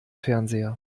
fernseher